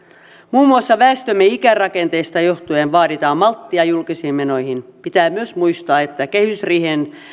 muun muassa väestömme ikärakenteesta johtuen vaaditaan malttia julkisiin menoihin pitää myös muistaa että kehysriiheen